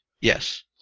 Yes